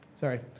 Sorry